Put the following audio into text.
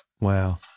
Wow